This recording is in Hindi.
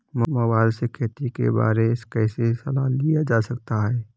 मोबाइल से खेती के बारे कैसे सलाह लिया जा सकता है?